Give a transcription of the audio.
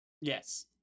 yes